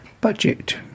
budget